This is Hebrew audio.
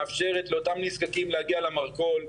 מאפשרת לאותם נזקקים להגיע למרכול,